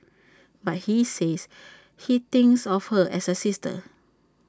but he says he thinks of her as A sister